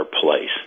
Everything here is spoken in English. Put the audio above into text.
place